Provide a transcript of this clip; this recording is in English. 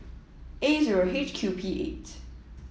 A zero H Q P eight